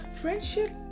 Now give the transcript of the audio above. Friendship